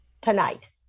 tonight